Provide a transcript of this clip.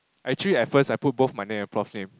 actually at first I put both my name and prof name